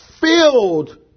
filled